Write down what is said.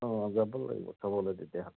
অঁ যাব লাগিব চাবলৈ তেতিয়াহ'লে